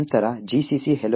ನಂತರ gcc hello